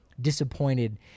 disappointed